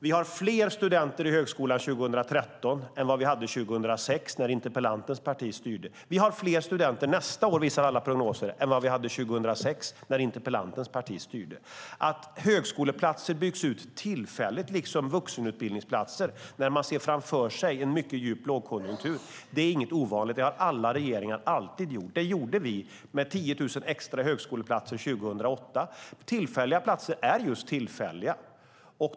Vi har fler studenter i högskolan 2013 än vi hade 2006 när interpellantens parti styrde. Alla prognoser visar att vi har fler studenter nästa år än vi hade 2006 när interpellantens parti styrde. Att antalet högskoleplatser liksom antalet vuxenutbildningsplatser byggs ut tillfälligt när man ser framför sig en mycket djup lågkonjunktur är inget ovanligt. Det har alla regeringar alltid gjort. Vi tillförde 10 000 extra högskoleplatser 2008. Tillfälliga platser är just tillfälliga.